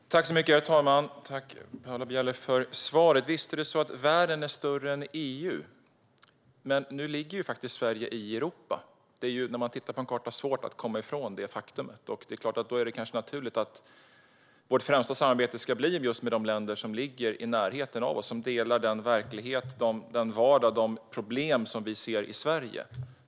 Herr talman! Tack för svaret, Paula Bieler! Visst är det så att världen är större än EU, men nu ligger ju faktiskt Sverige i Europa. Tittar man på en karta är det svårt att komma ifrån detta faktum. Därför är det kanske ganska naturligt att vårt främsta samarbete ska ske just med de länder som ligger i närheten av oss och delar den verklighet, den vardag och de problem vi ser i Sverige.